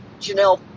Janelle